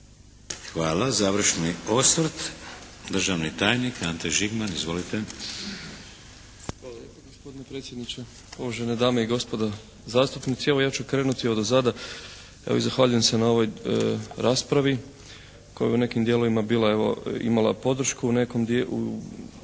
Hvala. Završni osvrt, državni tajnik Ante Žigman. Izvolite. **Žigman, Ante** Hvala lijepa gospodine predsjedniče. Uvažene dame i gospodo zastupnici. Evo ja ću krenuti odozada. Evo zahvaljujem se i na ovoj raspravi koja je u nekim dijelovima bila evo imala podršku, u jednom dijelu